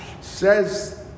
says